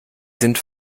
sind